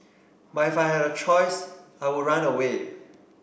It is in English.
but if I had a choice I would run away